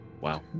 wow